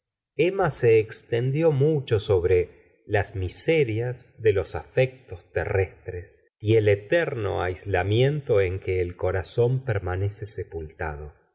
emma se extendió mucho sobre las miserias de los afectos terrestres y el eterno aislamiento en que el corazón permanece sepultado